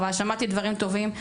אבל שמעתי דברים טובים.